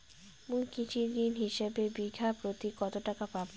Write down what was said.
মুই কৃষি ঋণ হিসাবে বিঘা প্রতি কতো টাকা পাম?